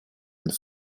and